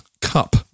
cup